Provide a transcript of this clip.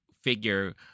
figure